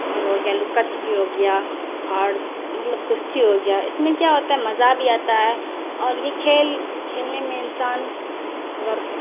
اور ہو گیا لکا چھپی ہو گیا اور مطلب کشتی ہو گیا اس میں کیا ہوتا ہے مزہ بھی آتا ہے اور یہ کھیل کھیلنے میں انسان اگر